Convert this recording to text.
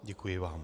Děkuji vám.